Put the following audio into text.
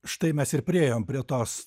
štai mes ir priėjom prie tos